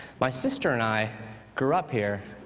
my sister and i grew up here,